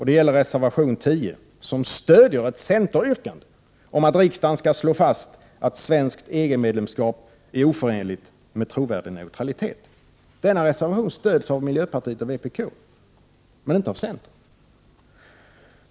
Det gäller reservation 10, som stöder ett centeryrkande om att riksdagen skall slå fast att svenskt EG-medlemskap är oförenligt med trovärdig neutralitet. Denna reservation stöds av miljöpartiet och vpk men inte av centern.